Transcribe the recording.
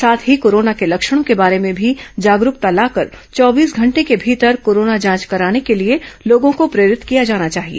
साथ ही कोरोना के लक्षणों के बारे में भी जागरूकता लाकर चौबीस घंटे के भीतर कोरोना जांच कराने के लिए लोगों को प्रेरित किया जाना चाहिए